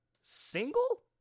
single